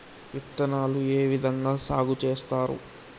విత్తనాలు ఏ విధంగా సాగు చేస్తారు?